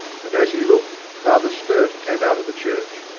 and as he looked father sturt came out of the church,